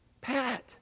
Pat